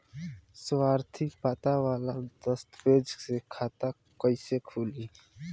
स्थायी पता वाला दस्तावेज़ से खाता कैसे खुली?